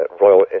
Royal